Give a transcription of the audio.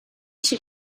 she